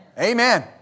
Amen